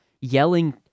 yelling